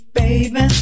baby